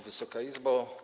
Wysoka Izbo!